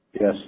Yes